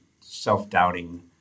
self-doubting